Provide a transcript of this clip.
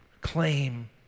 claim